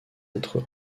être